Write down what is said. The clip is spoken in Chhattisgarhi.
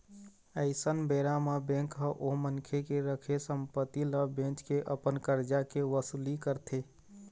अइसन बेरा म बेंक ह ओ मनखे के रखे संपत्ति ल बेंच के अपन करजा के वसूली करथे